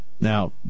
Now